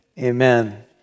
amen